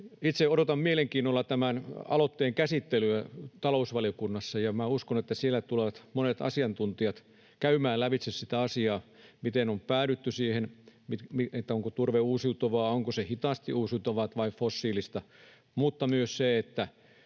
Itse odotan mielenkiinnolla tämän aloitteen käsittelyä talousvaliokunnassa, ja minä uskon, että siellä tulevat monet asiantuntijat käymään lävitse sitä asiaa, miten on päädytty siihen, onko turve uusiutuvaa, onko se hitaasti uusiutuvaa vai fossiilista, mutta myös sitä